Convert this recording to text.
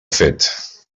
fet